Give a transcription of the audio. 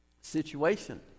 situation